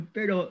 Pero